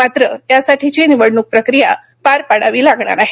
मात्र यासाठीची निवडणूक प्रक्रिया पार पाडावी लागणार आहे